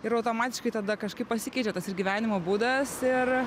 ir automatiškai tada kažkaip pasikeičia tas ir gyvenimo būdas ir